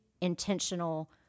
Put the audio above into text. intentional